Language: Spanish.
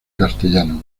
castellano